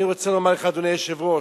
אני רוצה לומר לך, אדוני היושב-ראש: